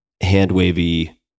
hand-wavy